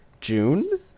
June